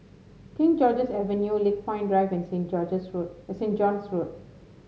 King George's Avenue Lakepoint Drive and Saint George's Road Saint John's Road